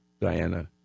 Diana